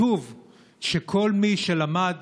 כתוב שכל מי שלמד